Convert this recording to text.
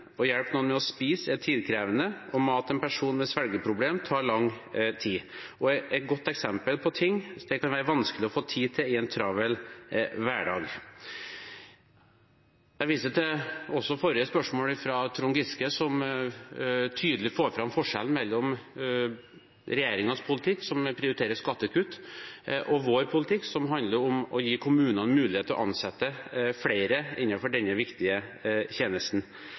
og det å hjelpe noen med å spise er tidkrevende – å mate en person med svelgeproblemer tar lang tid. Det er et godt eksempel på ting det kan være vanskelig å få tid til i en travel hverdag. Jeg viser også til forrige spørsmål fra representanten Trond Giske, som tydelig får fram forskjellen mellom regjeringens politikk, som prioriterer skattekutt, og vår politikk, som handler om å gi kommunene mulighet til å ansette flere innenfor denne viktige tjenesten.